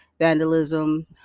vandalism